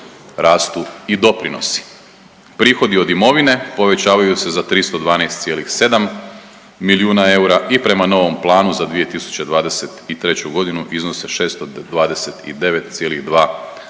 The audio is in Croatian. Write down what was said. rastu i doprinosi. Prihodi od imovine povećavaju se za 31,7 milijuna eura i prema novom planu za 2023.g. iznose 629,2 milijuna